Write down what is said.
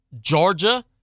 Georgia